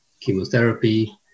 chemotherapy